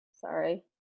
sorry